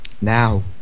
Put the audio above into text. Now